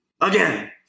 Again